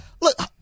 Look